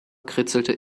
kritzelte